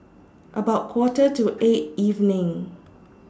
about Quarter to eight evening